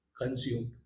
consumed